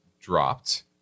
dropped